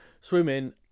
swimming